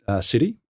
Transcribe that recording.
city